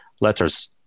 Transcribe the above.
letters